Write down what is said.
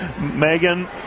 Megan